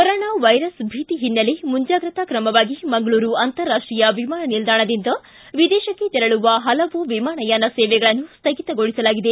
corona virus ಭೀತಿ ಹಿನ್ನೆಲೆ ಮುಂಜಾಗ್ರತಾ ಕ್ರಮವಾಗಿ ಮಂಗಳೂರು ಅಂತಾರಾಷ್ಟೀಯ ವಿಮಾನ ನಿಲ್ದಾಣದಿಂದ ವಿದೇಶಕ್ಕೆ ತೆರಳುವ ಹಲವು ವಿಮಾನಯಾನ ಸೇವೆಗಳನ್ನು ಸ್ಥಗಿತಗೊಳಿಸಲಾಗಿದೆ